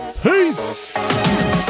Peace